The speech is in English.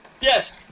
Yes